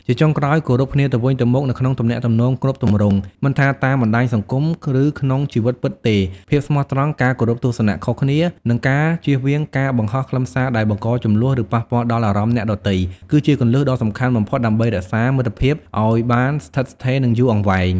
ជាចុងក្រោយ គោរពគ្នាទៅវិញទៅមក នៅក្នុងទំនាក់ទំនងគ្រប់ទម្រង់ មិនថាតាមបណ្ដាញសង្គម ឬក្នុងជីវិតពិតទេ ភាពស្មោះត្រង់ ការគោរពទស្សនៈខុសគ្នា និងការជៀសវាងការបង្ហោះខ្លឹមសារដែលបង្កជម្លោះ ឬប៉ះពាល់ដល់អារម្មណ៍អ្នកដទៃ គឺជាគន្លឹះដ៏សំខាន់បំផុតដើម្បីរក្សាមិត្តភាពឱ្យបានស្ថិតស្ថេរ និងយូរអង្វែង។